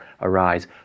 arise